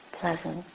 pleasant